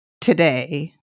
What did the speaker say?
today